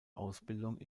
ausbildung